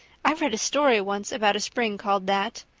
i read a story once about a spring called that.